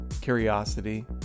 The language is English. curiosity